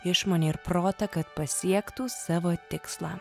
išmonę ir protą kad pasiektų savo tikslą